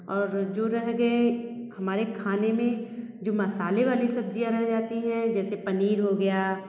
और जो रह गए हमारे खाने में जो मसाले वाली सब्ज़ियाँ रह जाती है जैसे पनीर हो गया